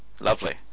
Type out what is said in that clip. Lovely